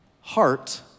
heart